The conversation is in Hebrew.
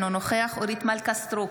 אינו נוכח אורית מלכה סטרוק,